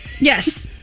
Yes